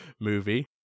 movie